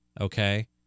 okay